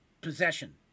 possession